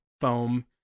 foam